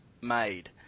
made